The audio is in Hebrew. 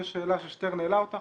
זו שאלה שחבר הכנסת שטרן העלה אותה,